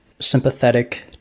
sympathetic